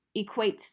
equates